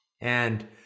And-